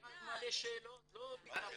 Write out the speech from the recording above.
לא, אני רק מעלה שאלות, לא פתרון.